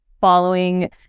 following